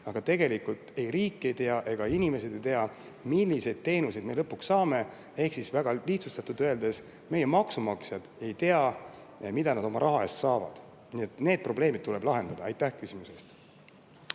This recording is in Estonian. aga tegelikult ei tea ei riik ega ka inimesed, milliseid teenuseid me lõpuks saame, ehk väga lihtsustatult öeldes, meie maksumaksjad ei tea, mida nad oma raha eest saavad. Nii et need probleemid tuleb lahendada. Aitäh küsimuse